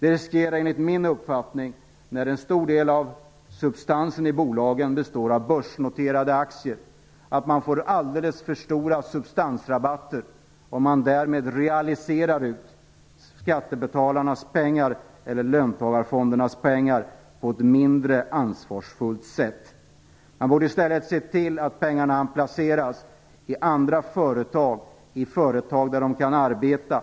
Eftersom en stor del av substansen i bolagen består av börsnoterade aktier är risken enligt min uppfattning att man får alldeles för stora substansrabatter om man därmed realiserar ut skattebetalarnas pengar, löntagarfondernas pengar, på ett mindre ansvarsfullt sätt. Man borde i stället se till att pengarna placeras i andra företag, i företag där de kan arbeta.